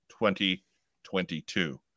2022